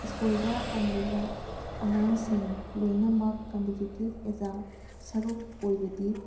ꯁ꯭ꯀꯨꯜꯗ ꯇꯝꯂꯤꯕ ꯑꯉꯥꯡꯁꯤꯡ ꯂꯣꯏꯅꯃꯛ ꯀꯝꯄꯤꯇꯤꯇꯤꯞ ꯑꯦꯛꯖꯥꯝ ꯁꯔꯨꯛ ꯑꯣꯏꯕꯗꯤ